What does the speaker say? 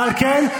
ועל כן,